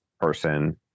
person